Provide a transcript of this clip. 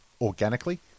organically